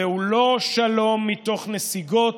זהו לא שלום מתוך נסיגות,